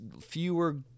Fewer